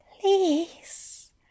Please